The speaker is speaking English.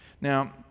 Now